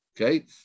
Okay